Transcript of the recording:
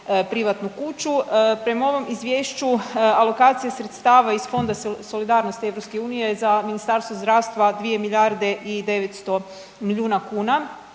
privatnu kuću. Prema ovom izvješću alokacije sredstava iz Fonda solidarnosti EU za Ministarstvo zdravstva 2 milijarde i 900 milijuna kuna,